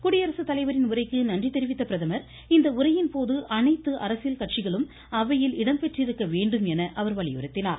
குடியரசு தலைவரின் உரைக்கு நன்றி தெரிவித்த பிரதமர் இந்த உரையின்போது அனைத்து அரசியல் கட்சிகளும் அவையில் இடம்பெற்றிருக்க வேண்டும் என அவர் வலியுறுத்தினார்